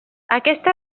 aquesta